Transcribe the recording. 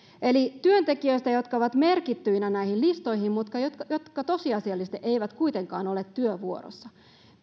eli työntekijöistä jotka ovat merkittyinä näihin listoihin mutta jotka jotka tosiasiallisesti eivät kuitenkaan ole työvuorossa